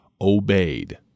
obeyed